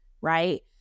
right